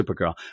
supergirl